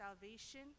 salvation